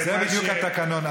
זה בדיוק התקנון,